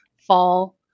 fall